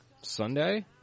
Sunday